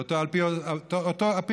על פי אותו בסיס,